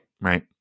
right